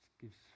gives